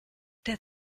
der